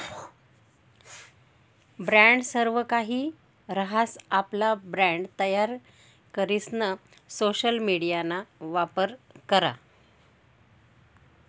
brand सर्वकाहि रहास, आपला ब्रँड तयार करीसन सोशल मिडियाना वापर करा